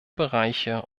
bereiche